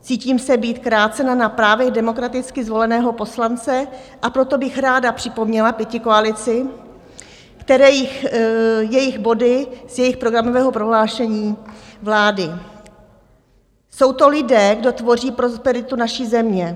Cítím se být krácena na právech demokraticky zvoleného poslance, a proto bych ráda připomněla pětikoalici některé body z jejich programového prohlášení vlády: Jsou to lidé, kdo tvoří prosperitu naší země.